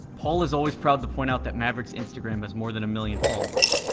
paul is always proud to point out that maverick's instagram has more than a million followers.